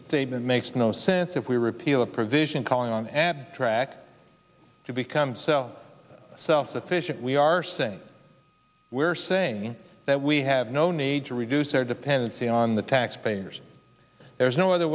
statement makes no sense if we repeal a provision calling on ad track to become so self sufficient we are saying we are saying that we have no need to reduce our dependency on the taxpayers there is no other